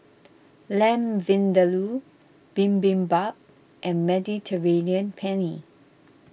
Lamb Vindaloo Bibimbap and Mediterranean Penne